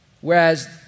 Whereas